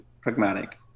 pragmatic